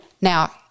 Now